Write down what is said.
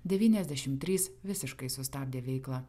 devyniasdešim trys visiškai sustabdė veiklą